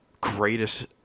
greatest